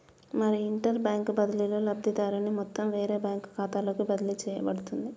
మరి interbank బదిలీలో లబ్ధిదారుని మొత్తం వేరే బ్యాంకు ఖాతాలోకి బదిలీ చేయబడుతుంది